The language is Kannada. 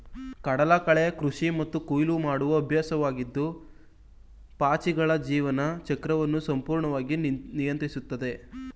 ಕಡಲಕಳೆ ಕೃಷಿ ಮತ್ತು ಕೊಯ್ಲು ಮಾಡುವ ಅಭ್ಯಾಸವಾಗಿದ್ದು ಪಾಚಿಗಳ ಜೀವನ ಚಕ್ರವನ್ನು ಸಂಪೂರ್ಣವಾಗಿ ನಿಯಂತ್ರಿಸ್ತದೆ